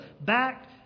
back